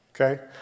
Okay